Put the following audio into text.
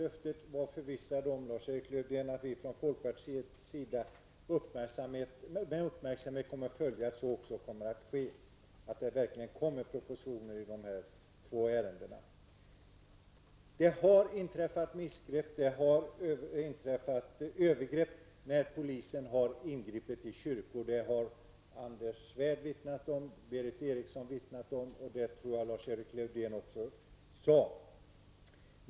Var förvissad om, Lars-Erik Lövdén, att vi från folkpartiets sida med uppmärksamhet kommer att följa att det verkligen kommer propositioner i de här två ärendena. Det har inträffat missgrepp och det har inträffat övergrepp, när polisen har ingripit i kyrkor. Det har Anders Svärd och Berith Eriksson vittnat om, och det tror jag att Lars-Erik Lövdén också sade.